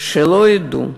שלא ידעו